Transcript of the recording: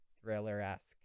thriller-esque